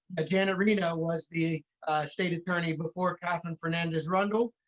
janet reno was the state attorney before katherine fernandez rundle,